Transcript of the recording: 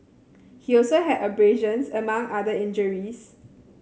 he also had abrasions among other injuries